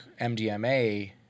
MDMA